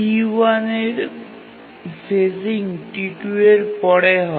T1 এর phasing T2 এর পরে হয়